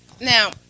Now